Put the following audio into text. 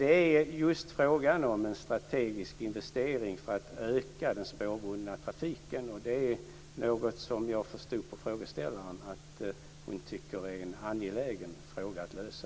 Det är fråga om en strategisk investering för att öka den spårbundna trafiken. Det är något som jag förstod på frågeställaren att hon tycker är en angelägen fråga att lösa.